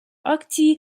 акції